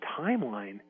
timeline